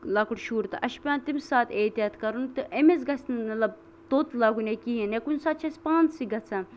لۄکُٹ شُر تہِ اَسہِ چھُ پیوان تَمہِ ساتہٕ اَحتِیاط کَرُن تہٕ أمِس گژھِ نہٕ مطلب توٚت لُگُن یا کِہینۍ تہِ یا کُنہِ ساتہٕ چھُ اَسہِ پانسٕے گژھان